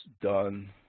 done